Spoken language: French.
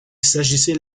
s’agissait